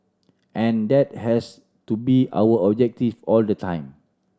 and that has to be our objective all the time